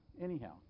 Anyhow